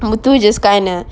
muthu just kind of